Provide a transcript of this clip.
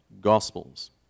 Gospels